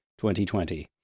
2020